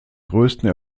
größten